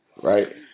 right